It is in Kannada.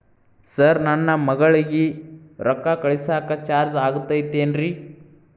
ಸರ್ ನನ್ನ ಮಗಳಗಿ ರೊಕ್ಕ ಕಳಿಸಾಕ್ ಚಾರ್ಜ್ ಆಗತೈತೇನ್ರಿ?